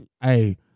hey